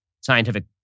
scientific